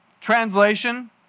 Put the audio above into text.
Translation